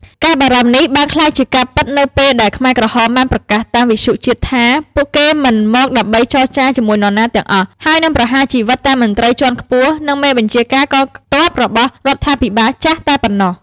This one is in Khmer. ការបារម្ភនេះបានក្លាយជាការពិតនៅពេលដែលខ្មែរក្រហមបានប្រកាសតាមវិទ្យុជាតិថា ពួកគេមិនមកដើម្បីចរចាជាមួយនរណាទាំងអស់ ហើយនឹងប្រហារជីវិតតែមន្ត្រីជាន់ខ្ពស់ និងមេបញ្ជាការកងទ័ពរបស់រដ្ឋាភិបាលចាស់តែប៉ុណ្ណោះ។